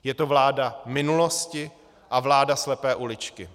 Je to vláda minulosti a vláda slepé uličky.